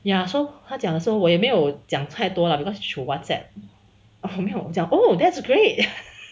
ya so 他讲 so 我也没有讲太多 lah because through WhatsApp mm 没有我讲 oh that's great